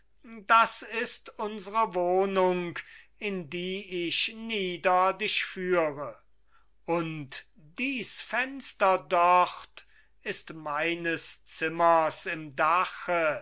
das ist unsere wohnung in die ich nieder dich führe und dies fenster dort ist meines zimmers im dache